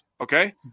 okay